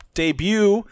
debut